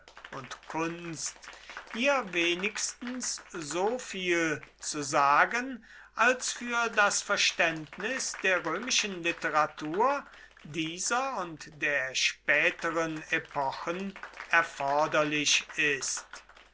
und kunst hier wenigstens so viel zu sagen als für das verständnis der römischen literatur dieser und der späteren epochen erforderlich ist